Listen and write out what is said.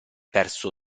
perso